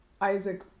Isaac